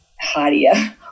hardier